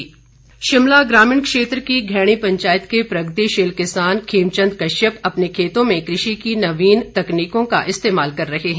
प्रगतिशील किसान शिमला ग्रामीण क्षेत्र की घैणी पंचायत के प्रगतिशील किसान खेमचंद कश्यप अपने खेतों में कृषि की नवीन तकनीकों का इस्तेमाल कर रहे हैं